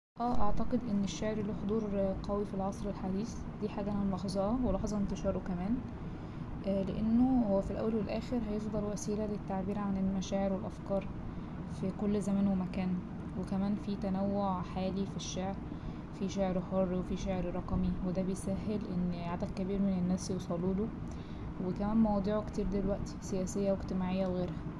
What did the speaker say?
اه أعتقد إن الشعر له حضور قوي في العصر الحديث دي حاجة أنا ملاحظاها وملاحظة انتشاره كمان لأنه هو في الأول والأخر هيفضل وسيلة للتعبير عن المشاعر والأفكار في كل زمان ومكان وكمان فيه تنوع حالي في الشعر فيه شعر حر وفيه شعر رقمي وده بيسهل ان عدد كبير من الناس يوصلوله وكمان مواضيعه كتير دلوقتي سياسية واجتماعية وغيرها.